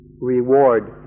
reward